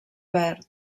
verd